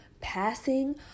passing